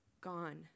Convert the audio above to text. gone